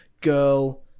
girl